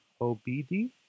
OBD